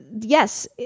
Yes